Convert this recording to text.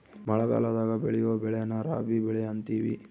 ಮಳಗಲದಾಗ ಬೆಳಿಯೊ ಬೆಳೆನ ರಾಬಿ ಬೆಳೆ ಅಂತಿವಿ